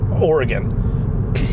Oregon